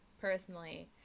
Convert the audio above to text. personally